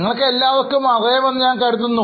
നിങ്ങൾക്കെല്ലാവർക്കും അറിയാം എന്ന് ഞാൻ കരുതുന്നു